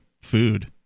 food